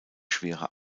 schwere